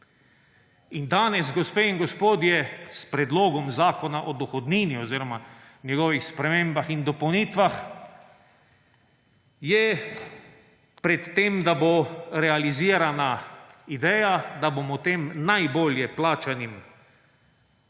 Danes, gospe in gospodje, je s predlogom zakona o dohodnini oziroma njegovih sprememb in dopolnitev pred tem, da bo realizirana ideja, da bomo tem najbolje plačanim državljanom